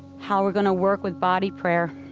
how we're going to work with body prayer.